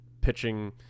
pitching